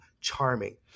charming